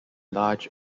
large